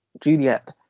Juliet